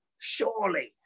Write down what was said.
surely